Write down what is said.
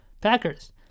Packers